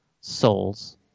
souls